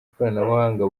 ikoranabuhanga